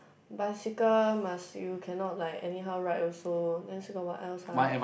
bicycle must you cannot like anyhow ride also then still got what else ah